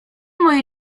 moi